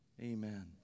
Amen